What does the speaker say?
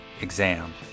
exam